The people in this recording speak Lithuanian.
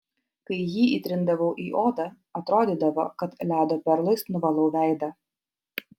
kai jį įtrindavau į odą atrodydavo kad ledo perlais nuvalau veidą